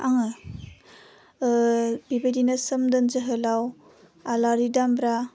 आङो ओह बे बायदिनो सोमदोन जोहोलाव आलारि दामब्रा